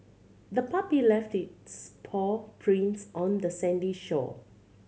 the puppy left its paw prints on the sandy shore